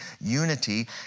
unity